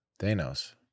Thanos